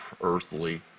earthly